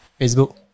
Facebook